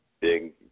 big